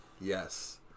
yes